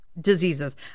diseases